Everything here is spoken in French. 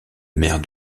maire